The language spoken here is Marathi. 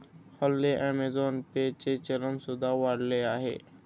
हल्ली अमेझॉन पे चे चलन सुद्धा वाढले आहे